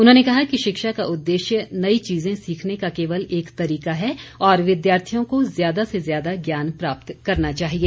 उन्होंने कहा कि शिक्षा का उद्देश्य नई चीजें सीखने का केवल एक तरीका है और विदयार्थियों को ज्यादा से ज्यादा ज्ञान प्राप्त करना चाहिए